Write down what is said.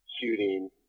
shooting